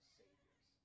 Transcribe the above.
saviors